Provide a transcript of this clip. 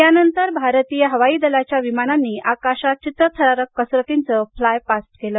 त्यांनंतर भारतीय हवाई दलाच्या विमानांनी आकाशात चित्तथरारक कसारतींचे फ्लायपास्ट केलं